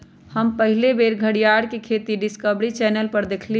हम पहिल बेर घरीयार के खेती डिस्कवरी चैनल पर देखली